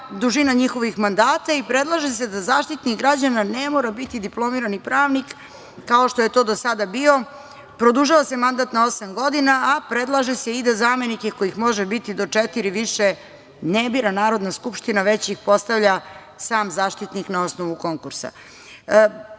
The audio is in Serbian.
dužina njihovih mandata i predlaže se da Zaštitnik građana ne mora biti diplomirani pravnik, kao što je to do sada bio, produžava se mandat na osam godina, a predlaže se i da zamenike, kojih može biti do četiri više, ne bira Narodna skupština, već ih postavlja sam Zaštitnik na osnovu konkursa. Podneli